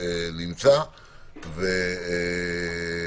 אני